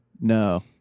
no